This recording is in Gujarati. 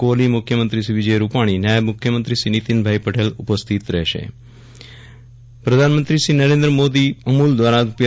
કોહલી મુખ્ય મંત્રી વિજય રૂપાષી નાયબ મુખ્ય મંત્રી નીતિનભાઇ પટેલ ઉપસ્થિત રહેશે પ્રધાનમંત્રી શ્રી નરેન્દ્રભાઇ મોદી અમૂલ દ્વારા રૂા